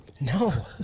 No